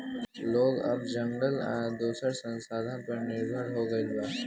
लोग अब जंगल आ दोसर संसाधन पर निर्भर हो गईल बा